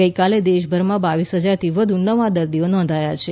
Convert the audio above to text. ગઇકાલે દેશભરમાં બાવીસ હજારથી વધુ નવા દર્દીઓ નોંધાયા છે